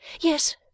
Yes